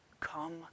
Come